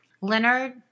Leonard